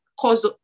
cause